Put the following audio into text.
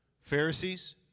Pharisees